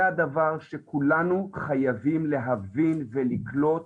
זה הדבר שכולנו חייבים להבין ולקלוט.